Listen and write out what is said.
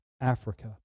Africa